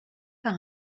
par